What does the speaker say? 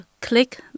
click